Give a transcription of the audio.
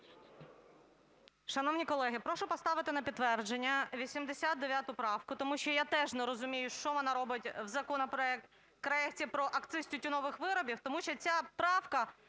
Шановні колеги, прошу поставити на підтвердження 89 правку, тому що я теж не розумію, що вона робить в законопроекті про акциз тютюнових виробів. Тому що ця правка